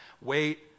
wait